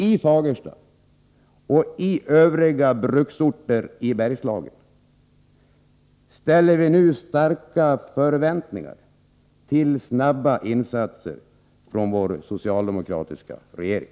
I Fagersta och i övriga bruksorter i Bergslagen ställer vi nu stora förväntningar på snabba insatser från vår socialdemokratiska regering.